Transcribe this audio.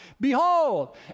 Behold